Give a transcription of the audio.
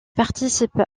participe